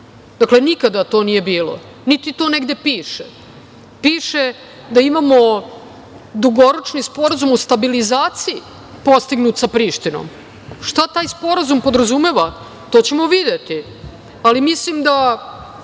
duh. Dakle, nikada to nije bilo, niti to negde piše. Piše da imamo dugoročni sporazum o stabilizaciji postignut sa Prištinom. Šta taj sporazum podrazumeva to ćemo videti, ali mislim da